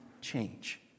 change